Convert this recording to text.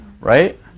right